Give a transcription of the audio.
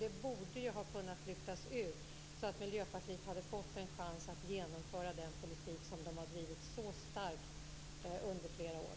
De borde ju ha kunnat lyftas ut så att Miljöpartiet hade fått en chans att genomföra den politik som man har drivit så starkt under flera år.